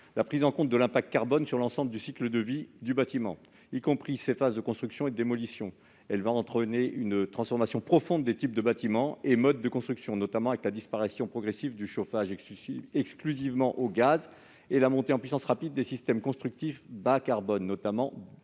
la prise en compte de l'impact carbone sur l'ensemble du cycle de vie du bâtiment, y compris durant ses phases de construction et de démolition. Cela va entraîner une transformation profonde des types de bâtiments et modes de construction, notamment du fait de la disparition progressive du chauffage exclusivement au gaz et de la montée en puissance rapide des systèmes constructifs bas-carbone, notamment bois et